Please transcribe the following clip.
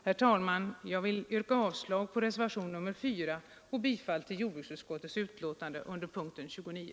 Herr talman! Jag yrkar avslag på reservation nr 4 och bifall till jordbruksutskottets hemställan under punkten 29.